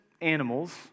animals